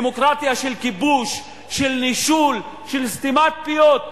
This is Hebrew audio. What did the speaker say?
דמוקרטיה של כיבוש, של נישול, של סתימת פיות.